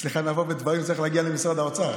אצלך לבוא בדברים, צריך להגיע למשרד האוצר.